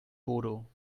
bodo